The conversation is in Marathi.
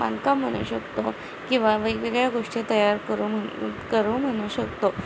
बांधकाम म्हणू शकतो किंवा वेगवेगळ्या गोष्टी तयार करून करू म्हणू शकतो